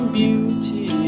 beauty